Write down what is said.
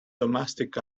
domestic